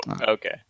okay